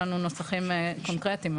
אין לנו נוסחים קונקרטיים,